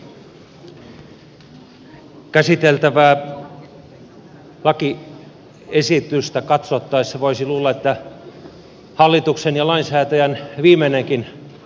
käsiteltävää lakiesitystä katsottaessa voisi luulla että hallituksen ja lainsäätäjän viimeinenkin lamppu on sammunut